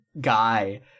guy